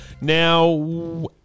Now